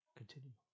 continue